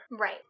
Right